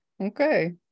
Okay